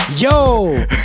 Yo